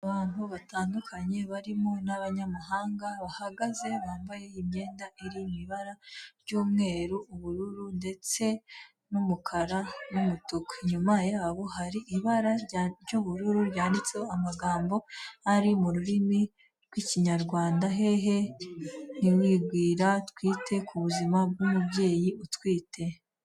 Abantu batandukanye barimo n'abanyamahanga bahagaze, bambaye imyenda iri mu ibara ry'umweru, ubururu, ndetse n'umukara, n'umutuku, inyuma yabo hari ibara ry'ubururu ryanditseho amagambo ari mu rurimi rw'ikinyarwanda, hehe n'igwingira twite ku buzima bw'umubyeyi utwite.